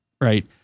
Right